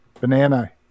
banana